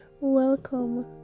Welcome